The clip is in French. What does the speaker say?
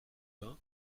vingt